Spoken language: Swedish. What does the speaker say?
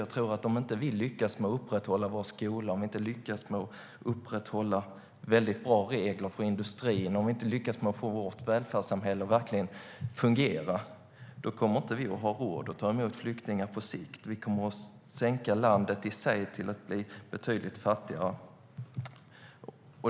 Jag tror att om vi inte lyckas med att upprätthålla vår skola, om vi inte lyckas upprätthålla bra regler för industrierna, om vi inte lyckas få vårt välfärdssamhälle att verkligen fungera, då kommer vi på sikt inte att ha råd att ta emot flyktingar. Vi kommer att sänka landet i sig till att bli betydligt fattigare.